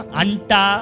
anta